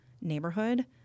neighborhood